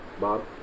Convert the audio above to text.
Bob